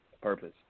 Purpose